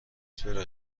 چرا